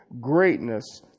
greatness